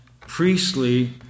priestly